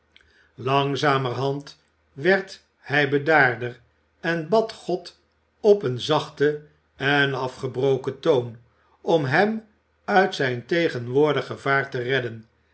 langzamerhand werd hij bedaarder en bad god op een zachten en afgebroken toon om hem uit zijn tegenwoordig gevaar te redden